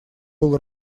был